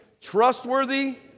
trustworthy